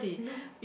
no